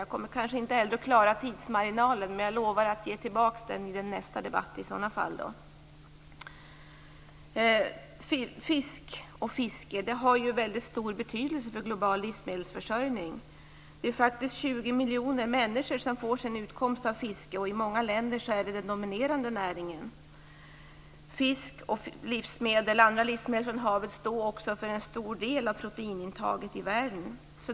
Jag kommer kanske inte att klara tidsmarginalen, men jag lovar att i så fall ge tillbaka den i nästa debatt. Fisk och fiske har stor betydelse för global livsmedelsförsörjning. 20 miljoner människor får sin utkomst av fiske, och i många länder är det den dominerande näringen. Fisk och andra livsmedel från havet står för en stor del av proteinintaget i världen.